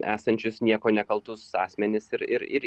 esančius nieko nekaltus asmenis ir ir ir